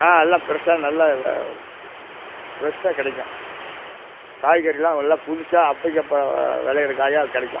ஆ எல்லாம் ஃப்ரெஷ்ஷாக நல்ல ஃப்ரெஷ்ஷாக கிடைக்கும் காய்கறிலாம் எல்லாம் புதுசாக அப்போக்கு அப்போ விளையிற காய் கிடைக்கும்